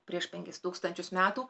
prieš penkis tūkstančius metų